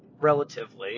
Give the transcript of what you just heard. relatively